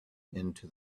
into